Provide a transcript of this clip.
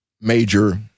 major